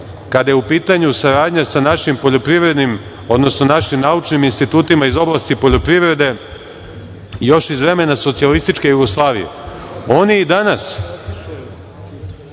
kada je u pitanju saradnja sa našim poljoprivrednim, odnosno našim naučnim institutima iz oblasti poljoprivrede još iz vreme socijalističke Jugoslavije. Oni i danas